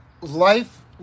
life